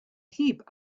heap